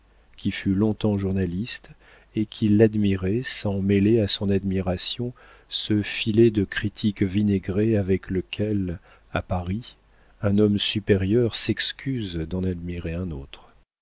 qui fut longtemps journaliste et qui l'admirait sans mêler à son admiration ce filet de critique vinaigrée avec lequel à paris un homme supérieur s'excuse d'en admirer un autre